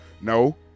No